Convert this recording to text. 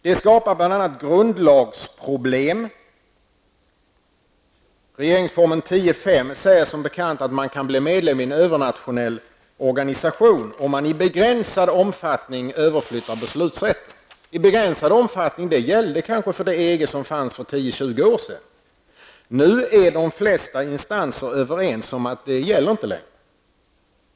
Det skapar bl.a. grundlagsproblem. Regeringsformen 10:5 säger som bekant att man kan bli medlem i en övernationell organisation, om man i begränsad omfattning överflyttar beslutsrätt. ''I begränsad omfattning'' -- det gällde kanske för det EG som fanns för 10--20 år sedan. Nu är de flesta instanser överens om att det inte gäller längre.